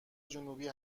جنوبی